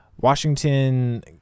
Washington